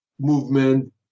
movement